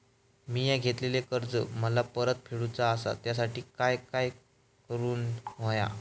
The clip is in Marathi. मिया घेतलेले कर्ज मला परत फेडूचा असा त्यासाठी काय काय करून होया?